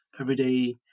everyday